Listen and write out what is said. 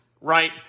right